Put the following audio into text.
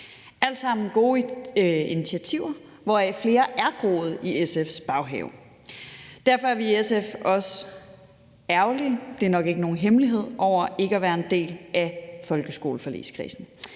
alt sammen gode initiativer, hvoraf flere er groet i SF's baghave. Derfor er vi i SF også ærgerlige – det er nok ikke nogen hemmelighed